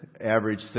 average